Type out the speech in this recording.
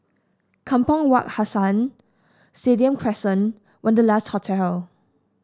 Kampong Wak Hassan Stadium Crescent Wanderlust Hotel